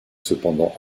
cependant